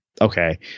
okay